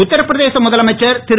உத்தரபிரதேச முதலமைச்சர் திரு